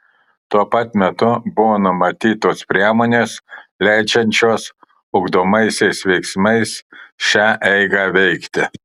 tuo pat metu buvo numatytos priemonės leidžiančios ugdomaisiais veiksmais šią eigą veikti